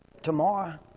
tomorrow